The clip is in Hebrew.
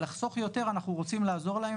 באיזושהי רמה אנחנו רוצים בעצם להגיד,